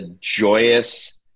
joyous